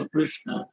Krishna